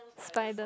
spider